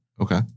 okay